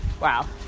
Wow